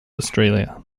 australia